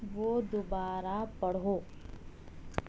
وہ دوبارہ پڑھو